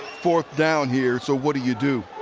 fourth down here. so what do you do?